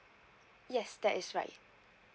yes that is right